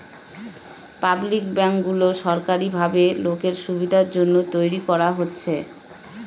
public ব্যাঙ্কগুলো সরকারি ভাবে লোকের সুবিধার জন্য তৈরী করা হচ্ছে